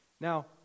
Now